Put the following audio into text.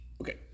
Okay